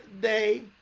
day